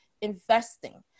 Investing